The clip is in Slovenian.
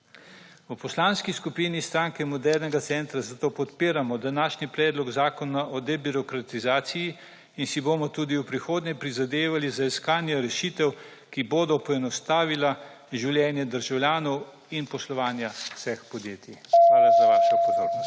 V Poslanski skupini SMC zato podpiramo današnji Predlog Zakona o debirokratizaciji in si bomo tudi v prihodnje prizadevali za iskanje rešitev, ki bodo poenostavila življenje državljanov in poslovanja vseh podjetij. Hvala za vašo pozornost.